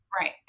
Right